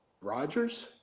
Rogers